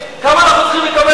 כמה אנחנו צריכים לקבל פה?